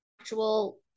actual